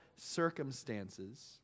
circumstances